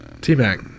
T-Mac